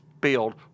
build –